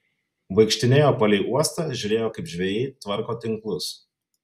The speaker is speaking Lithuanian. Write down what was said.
vaikštinėjo palei uostą žiūrėjo kaip žvejai tvarko tinklus